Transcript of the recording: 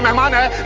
munna,